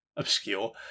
Obscure